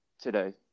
today